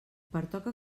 pertoca